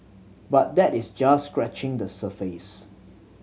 but that is just scratching the surface